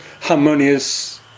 harmonious